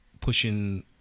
pushing